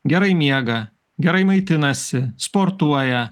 gerai miega gerai maitinasi sportuoja